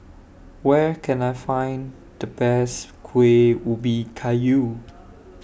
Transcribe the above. Where Can I Find The Best Kueh Ubi Kayu